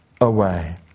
away